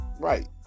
Right